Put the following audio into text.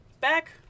back